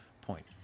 point